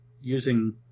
using